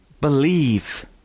believe